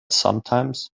sometimes